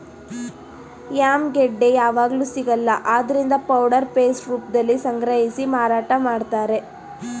yam ಗೆಡ್ಡೆ ಯಾವಗ್ಲೂ ಸಿಗಲ್ಲ ಆದ್ರಿಂದ ಪೌಡರ್ ಪೇಸ್ಟ್ ರೂಪ್ದಲ್ಲಿ ಸಂಗ್ರಹಿಸಿ ಮಾರಾಟ ಮಾಡ್ತಾರೆ